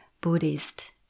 Buddhist